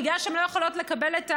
ובגלל שהן לא יכולות לקבל את הרישיון,